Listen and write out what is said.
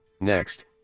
Next